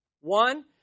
One